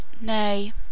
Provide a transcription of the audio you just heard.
Nay